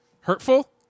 hurtful